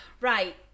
right